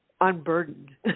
unburdened